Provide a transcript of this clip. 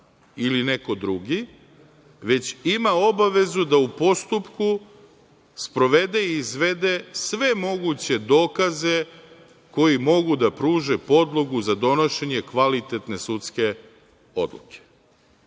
ili neko drugi, već ima obavezu da u postupku sprovede i izvede sve moguće dokaze koji mogu da pruže podlogu za donošenje kvalitetne sudske odluke. Obaveza